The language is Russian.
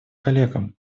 коллегам